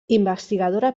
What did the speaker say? investigadora